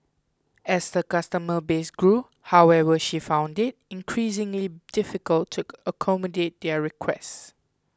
as her customer base grew however she found it increasingly difficult to accommodate their requests